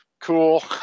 Cool